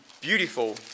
beautiful